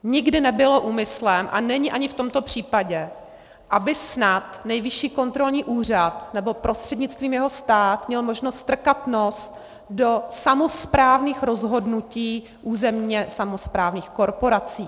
Nikdy nebylo úmyslem a není ani v tomto případě, aby snad Nejvyšší kontrolní úřad nebo jeho prostřednictvím stát měl možnost strkat nos do samosprávných rozhodnutí územně samosprávných korporací.